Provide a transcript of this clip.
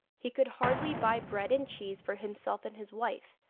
he could hardly buy bread and cheese for himself and his wife,